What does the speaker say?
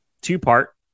Two-part